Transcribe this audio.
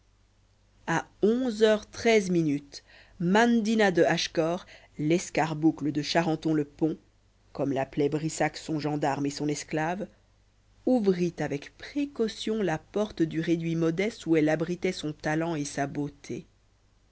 à onze heures treize minutes mandina de hachecor l'escarboucle de charenton le pont comme l'appelait brissac son gendarme et son esclave ouvrit avec précaution la porte du réduit modeste où elle abritait son talent et sa beauté